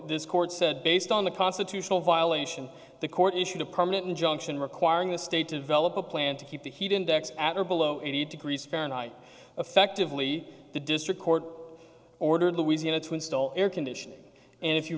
this court said based on the constitutional violation the court issued a permanent injunction requiring the state develop a plan to keep the heat index at or below eighty degrees fahrenheit effectively the district court ordered louisiana to install air conditioning and if you